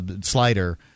slider